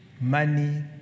Money